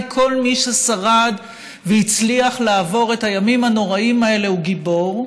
ובעיניי כל מי ששרד והצליח לעבור את הימים הנוראים האלה הוא גיבור,